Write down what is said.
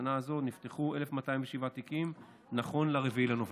השנה הזו, נפתחו 1,207 תיקים נכון ל-4 בנובמבר.